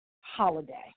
holiday